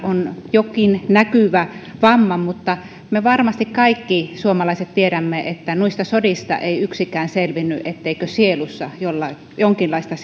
jokin näkyvä vamma mutta varmasti me kaikki suomalaiset tiedämme että sodista ei yksikään selvinnyt niin etteikö sielussa jonkinlaista